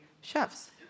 chefs